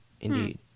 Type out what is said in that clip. Indeed